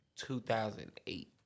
2008